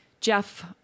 Jeff